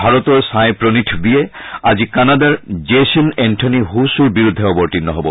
ভাৰতৰ ছাই প্ৰণীত বিয়ে আজি কানাডাৰ জেছন এন্থনী হো ছুৰ বিৰুদ্ধে অৱতীৰ্ণ হব